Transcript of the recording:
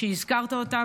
שהזכרת אותם.